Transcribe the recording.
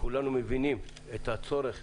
כולנו מבינים את הצורך